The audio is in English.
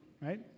right